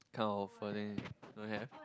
kind of offer thing don't have